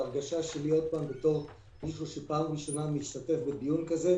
ההרגשה כמישהו שפעם ראשונה משתתף בדיון כזה,